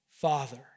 Father